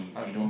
okay